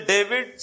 David